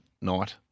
night